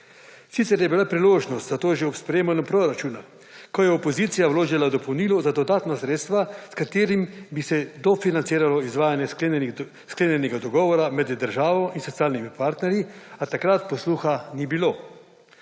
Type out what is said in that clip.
Sicer je bila priložnost za to že ob sprejemanju proračuna, ko je opozicija vložila dopolnilo za dodatna sredstva s katerim bi se dofinanciralo izvajanje sklenjenega dogovora med državo in socialnimi partnerji, a takrat posluha ni bilo.